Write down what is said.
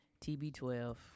TB12